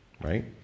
Right